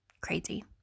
crazy